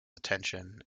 attention